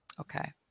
okay